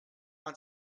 man